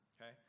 okay